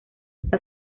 está